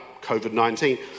COVID-19